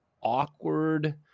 awkward